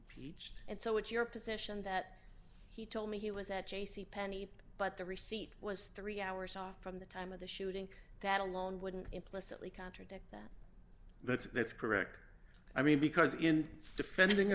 each and so it's your position that he told me he was at j c penney but the receipt was three hours off from the time of the shooting that alone wouldn't implicitly contradict that that's that's correct i mean because in defending a